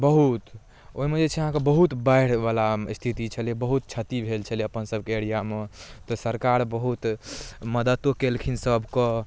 बहुत ओहिमे जे छै अहाँके बहुत बाढ़ि बला स्थिति छलै बहुत छति भेल छलै अपन सबके एरिआमे तऽ सरकार बहुत मददो केलखिन सब कऽ